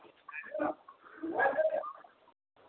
हँ